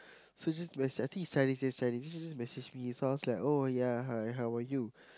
so I just messaged I think is Chinese yes Chinese then she just messaged me so I was like oh ya hi how are you